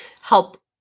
help